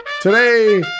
Today